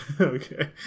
Okay